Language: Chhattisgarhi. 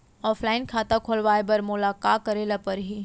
ऑफलाइन खाता खोलवाय बर मोला का करे ल परही?